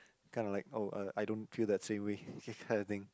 kind of like oh uh I don't feel the same way that kind of thing